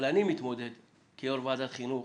אבל אני מתמודד כיו"ר ועדת חינוך,